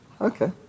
Okay